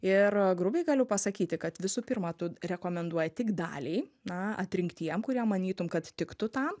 ir grubiai galiu pasakyti kad visų pirma tu rekomenduoji tik daliai na atrinktiem kurie manytum kad tiktu tam